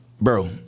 bro